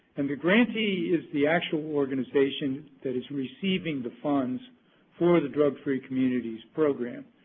and the grantee is the actual organization that is receiving the funds for the drug free communities program.